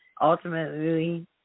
Ultimately